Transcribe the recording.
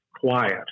quiet